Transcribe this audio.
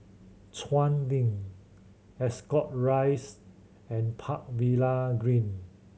Chuan Link Ascot Rise and Park Villa Green